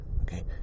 okay